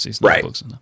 Right